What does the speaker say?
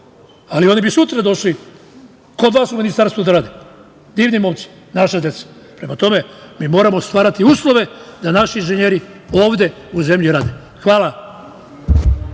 ali oni bi sutra došli kod vas u ministarstvo da rade, divni momci, naša deca. Prema tome, mi moramo stvarati uslove da naši inženjeri ovde u zemlji rade. Hvala.